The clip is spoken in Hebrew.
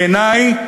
בעיני,